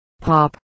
Pop